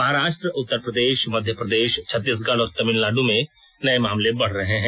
महाराष्ट्र उत्तरप्रदेश मध्यप्रदेश छत्तीसगढ और तमिलनाडु में नये मामले बढ़ रहे हैं